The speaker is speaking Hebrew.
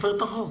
ותופר את החוק.